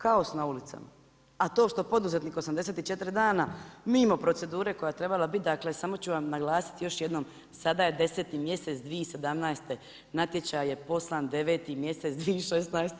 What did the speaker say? Kaos na ulicama, a to što poduzetnik 84 dana mimo procedure koja je trebala biti, dakle, samo ću vam naglasiti još jednom, sada je 10. mjesec 2017. natječaj je poslan 9. mjesec 2016.